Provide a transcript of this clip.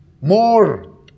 more